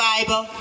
Bible